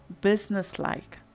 businesslike